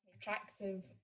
attractive